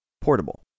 portable